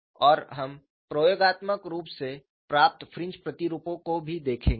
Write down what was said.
और हम प्रयोगात्मक रूप से प्राप्त फ्रिंज प्रतिरूपों को भी देखेंगे